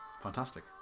Fantastic